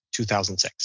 2006